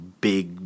big